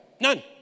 none